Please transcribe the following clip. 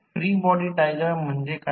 free body diagram म्हणजे काय